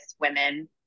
women